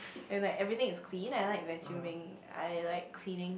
and like everything is clean I like vacuuming I like cleaning